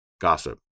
Gossip